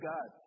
God